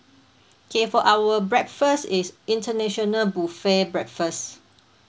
K for our breakfast is international buffet breakfast